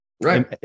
Right